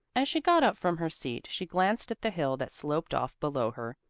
as she got up from her seat she glanced at the hill that sloped off below her.